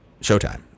Showtime